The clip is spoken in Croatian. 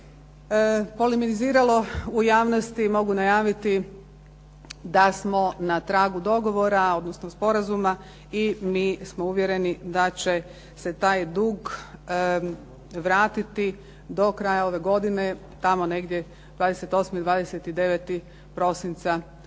puno polemiziralo u javnosti, mogu najaviti da smo na tragu dogovora odnosno sporazuma i mi smo uvjereni da će se taj dug vratiti do kraja ove godine, tamo negdje 29., 28. prosinca 2009.